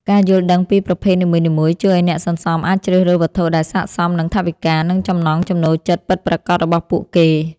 ការយល់ដឹងពីប្រភេទនីមួយៗជួយឱ្យអ្នកសន្សំអាចជ្រើសរើសវត្ថុដែលស័ក្តិសមនឹងថវិកា និងចំណង់ចំណូលចិត្តពិតប្រាកដរបស់ពួកគេ។